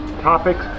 topics